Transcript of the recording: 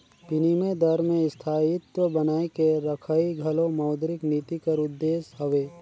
बिनिमय दर में स्थायित्व बनाए के रखई घलो मौद्रिक नीति कर उद्देस हवे